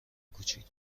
کوچیک